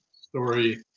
story